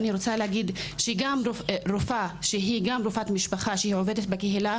אני רוצה להגיד שגם רופאה שהיא גם רופאת משפחה שהיא עובדת בקהילה,